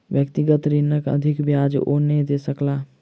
व्यक्तिगत ऋणक अधिक ब्याज ओ नै दय सकला